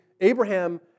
Abraham